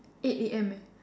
eight A_M eh